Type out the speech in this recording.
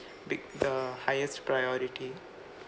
bi~ the highest priority